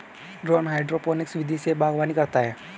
Rohan hydroponics विधि से बागवानी करता है